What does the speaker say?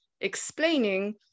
explaining